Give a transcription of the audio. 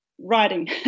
writing